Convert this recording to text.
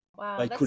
wow